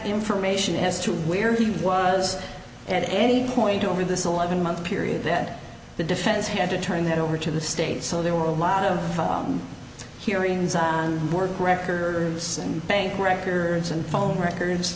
information as to where he was at any point over this eleven month period that the defense had to turn that over to the state so there were a lot of hearings on work records and bank records and phone records